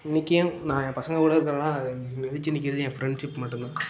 இன்னிக்கும் நான் என் பசங்க கூட இருக்கிறேன்னா அது நிலைச்சி நிற்கிறது என் ஃப்ரெண்ட்ஷிப் மட்டும் தான்